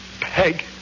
Peg